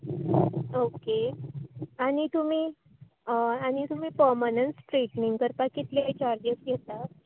okay आनी तुमी आनी तुमी पमनंट स्ट्रेटनींग करपाक कितले चार्जीज घेता